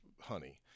honey